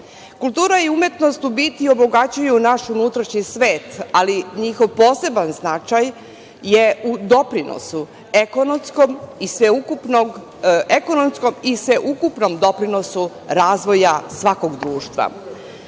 i umetnost u biti obogaćuju naš unutrašnji svet, ali njihov poseban značaj je u doprinosu ekonomskom i sveukupnom doprinosu razvoja svakog društva. Otuda